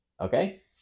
okay